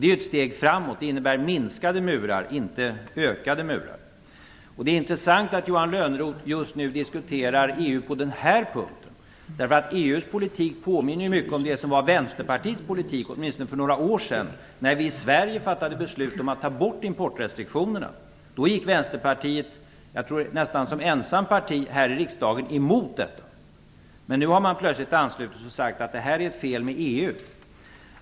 Det är ett steg framåt, och det innebär minskade murar - inte ökade murar. Det är intressant att Johan Lönnroth just nu diskuterar EU på den punkten. EU:s politik påminner ju mycket om det som var Vänsterpartiets politik - åtminstone för några år sedan, då vi i Sverige fattade beslut om att ta bort importrestriktionerna. Då gick Vänsterpartiet, jag tror som enda parti här i riksdagen, emot detta. Nu har man plötsligt anslutit sig och sagt att det här är ett fel med EU.